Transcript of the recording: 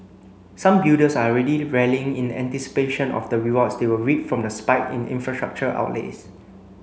some builders are already rallying in anticipation of the rewards they will reap from the spike in infrastructure outlays